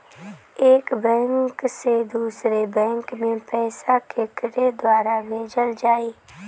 एक बैंक से दूसरे बैंक मे पैसा केकरे द्वारा भेजल जाई?